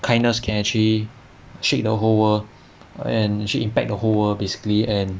kindness can actually shake the whole world and actually impact the whole world basically and